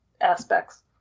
aspects